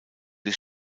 des